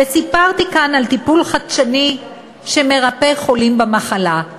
וסיפרתי כאן על טיפול חדשני שמרפא חולים במחלה,